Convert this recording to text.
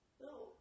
No